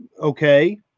okay